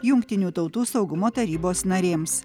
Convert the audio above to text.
jungtinių tautų saugumo tarybos narėms